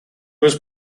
was